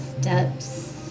Steps